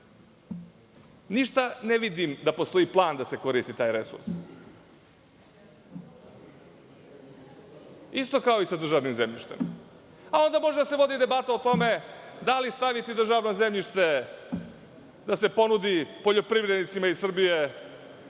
Ne vidim da postoji plan da se koristi taj resurs, isto kao i sa državnim zemljištem. Može da se vodi debata i o tome da li staviti državno zemljište da se ponudi poljoprivrednicima iz Srbije